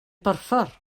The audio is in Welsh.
borffor